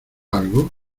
algo